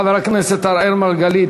חבר הכנסת אראל מרגלית,